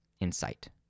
insight